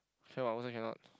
can [what] who say cannot